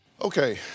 Okay